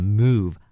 move